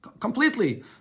completely